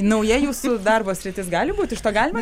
nauja jūsų darbo sritis gali būt iš to galima